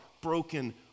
broken